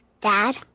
Dad